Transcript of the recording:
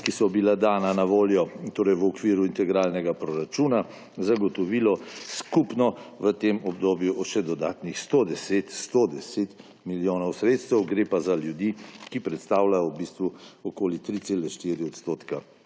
ki so bila dana na voljo v okviru integralnega proračuna, zagotovilo skupno v tem obdobju še dodatnih 110 milijonov sredstev. Gre pa za ljudi, ki predstavlja v bistvu okoli 3,4 %